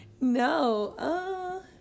No